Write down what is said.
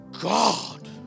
God